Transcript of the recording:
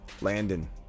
Landon